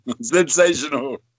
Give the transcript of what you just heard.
Sensational